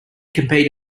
compete